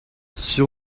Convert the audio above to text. sur